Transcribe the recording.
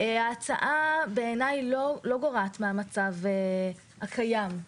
ההצעה בעיניי לא גורעת מן המצב הקיים.